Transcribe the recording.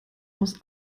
aus